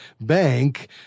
bank